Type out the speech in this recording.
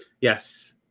Yes